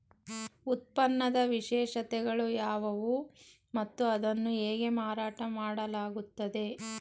ಉತ್ಪನ್ನದ ವಿಶೇಷತೆಗಳು ಯಾವುವು ಮತ್ತು ಅದನ್ನು ಹೇಗೆ ಮಾರಾಟ ಮಾಡಲಾಗುತ್ತದೆ?